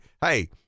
hey